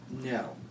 No